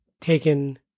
taken